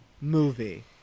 movie